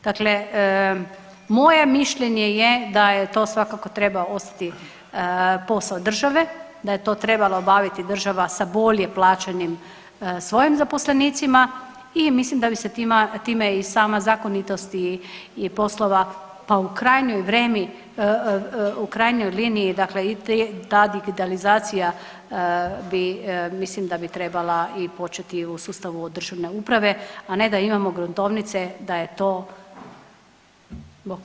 Dakle, moje mišljenje je da je to svakako treba ostati posao države, da je to trebala obaviti država sa bolje plaćenim svojim zaposlenicima i mislim da bi se time i sama zakonitost i poslova pa u krajnjoj liniji dakle i ta digitalizacija bi, mislim da bi trebala i početi u sustavu državne uprave, a ne da imamo gruntovnice da je to Bog pomagaj.